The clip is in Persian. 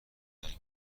زنگ